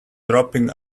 dropping